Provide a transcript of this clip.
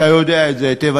אתה יודע את זה היטב,